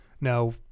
Now